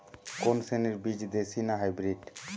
কোন শ্রেণীর বীজ দেশী না হাইব্রিড?